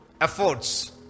efforts